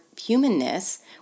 humanness